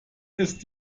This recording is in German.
ist